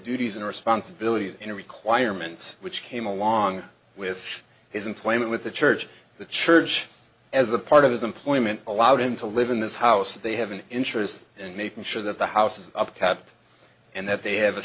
duties and responsibilities in requirements which came along with his employment with the church the church as a part of his employment allowed him to live in this house they have an interest in making sure that the house is up top and that they